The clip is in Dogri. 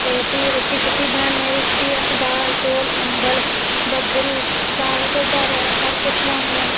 ते फ्ही अस रुट्टी बनान्ने रुट्टी दाल चौल अम्बल बबरू साग ढोड्डा सबकिश लान्ने